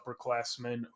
upperclassmen